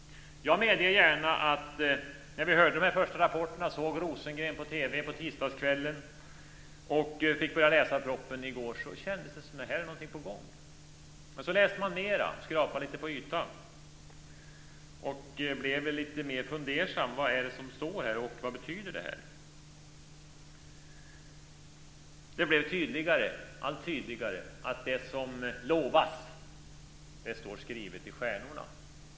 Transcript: Jag medger gärna att när vi hörde de första rapporterna, såg Rosengren på TV på tisdagskvällen och fick börja läsa propositionen i går kändes det som om något var på gång. Men så läste man mera, skrapade lite på ytan och blev lite mer fundersam. Vad är det som står här och vad betyder det här? Det blev allt tydligare att det som lovas står skrivet i stjärnorna.